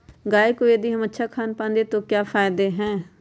गाय को यदि हम अच्छा खानपान दें तो क्या फायदे हैं?